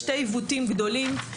שתי עיוותים גדולים,